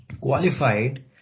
qualified